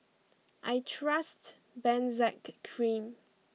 I trust Benzac Cream